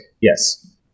Yes